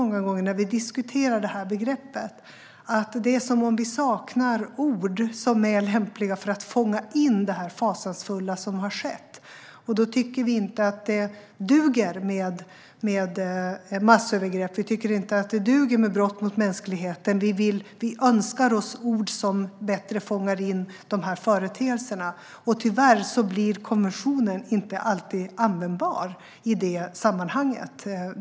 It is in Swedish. När vi diskuterar det här begreppet är det som om vi saknar lämpliga ord för att fånga in det fasansfulla som har skett. Då tycker vi inte att det duger med begreppen massövergrepp och brott mot mänskligheten. Vi önskar ord som bättre fångar in dessa företeelser. Tyvärr är konventionen inte alltid användbar i det sammanhanget.